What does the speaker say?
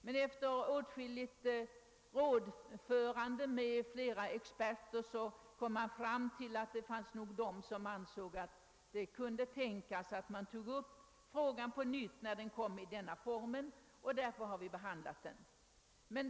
Men efter åtskilligt rådförande med flera experter visade det sig att en del ansåg att man kunde ta upp frågan på nytt, när den presenterades riksdagen i denna form. Därför har vi också behandlat motionen.